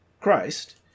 Christ